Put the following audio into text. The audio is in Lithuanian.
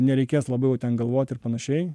nereikės labai jau ten galvoti ir panašiai